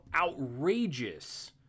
outrageous